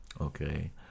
Okay